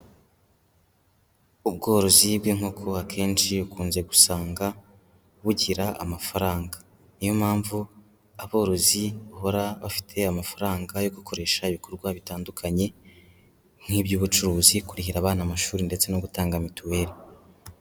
Ubworozi bw'inkoko akenshi ukunze gusanga bugira amafaranga. Ni yo mpamvu aborozi bahora bafite amafaranga, yo gukoresha ibikorwa bitandukanye, nk'iby'ubucuruzi, kurihira abana amashuri, ndetse no gutanga mituweli.